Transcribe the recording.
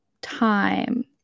time